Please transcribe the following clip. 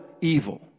evil